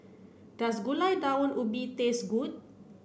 does Gulai Daun Ubi taste good